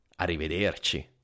Arrivederci